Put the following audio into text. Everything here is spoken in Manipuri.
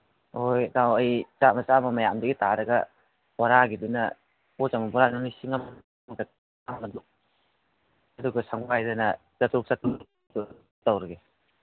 ꯍꯣꯏ ꯍꯣꯏ ꯏꯇꯥꯎ ꯑꯩ ꯆꯥꯝꯃ ꯆꯥꯝꯃ ꯃꯌꯥꯝꯗꯩ ꯇꯥꯔꯒ ꯕꯣꯔꯥꯒꯤꯗꯨꯅ ꯄꯣꯠ ꯆꯟꯕ ꯕꯣꯔꯥꯗꯨꯅ ꯂꯤꯁꯤꯡ ꯑꯃ ꯑꯗꯨꯒ ꯁꯪꯕꯥꯏꯗꯅ ꯆꯇ꯭ꯔꯨꯛ ꯆꯇ꯭ꯔꯨꯛꯇꯣ ꯇꯧꯔꯒꯦ